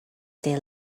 they